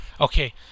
Okay